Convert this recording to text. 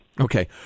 Okay